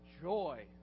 joy